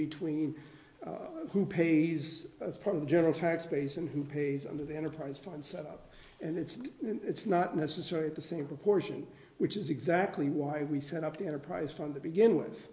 between who pays as part of the general tax base and who pays into the enterprise fund set up and it's it's not necessarily the same proportion which is exactly why we set up the enterprise fund to begin with